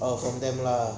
oh from there ah